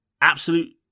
absolute